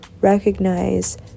recognize